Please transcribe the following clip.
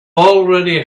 already